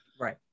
right